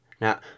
Now